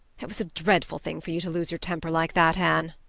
it was a dreadful thing for you to lose your temper like that, anne.